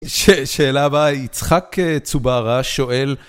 שאלה הבאה, יצחק צוברה שואל...